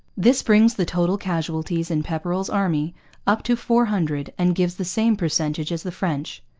this brings the total casualties in pepperrell's army up to four hundred and gives the same percentage as the french.